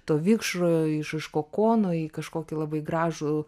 to vikšro iš iš kokono į kažkokį labai gražų